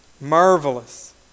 Marvelous